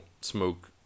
smoke